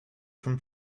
from